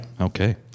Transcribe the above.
Okay